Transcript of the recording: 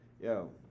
Yo